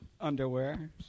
underwear